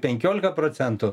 penkiolika procentų